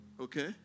okay